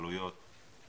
עלויות.